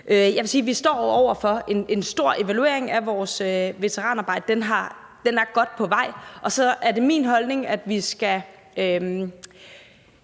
vi står over for en stor evaluering af vores veteranarbejde, og den er godt på vej. Og så er det min holdning, at vi i